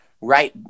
right